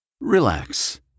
Relax